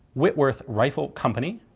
whitworth rifle company,